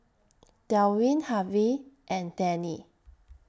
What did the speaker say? Delwin Harvey and Dannie